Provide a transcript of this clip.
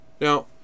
Now